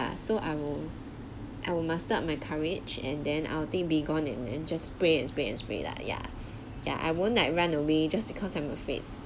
so I will I will muster up my courage and then I'll take Baygon and and just spray and spray and spray lah ya ya I won't like run away just because I'm afraid